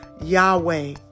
Yahweh